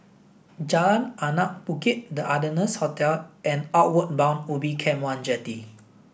Jalan Anak Bukit the Ardennes Hotel and Outward Bound Ubin Camp One Jetty